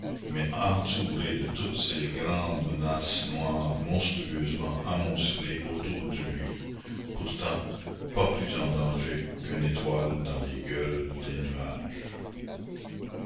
mais entouré de toutes ces grandes menaces noires monstrueusement amoncelées autour de lui pourtant pas plus en danger qu'une étoile dans les gueules des nuages